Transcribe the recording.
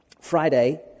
Friday